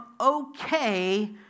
okay